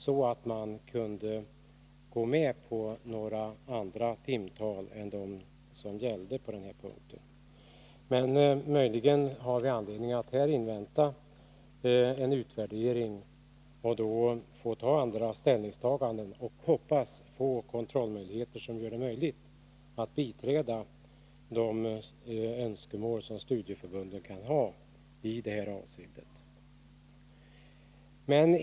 Därför var det svårt att gå med på andra timtal än de som redan gällde på denna punkt. Efter en utvärdering får vi kanske anledning att göra andra ställningstaganden. Vi får hoppas att vi då kan finna sådana kontrollmöjligheter att vi kan biträda studieförbundens önskemål.